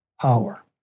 power